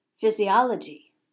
physiology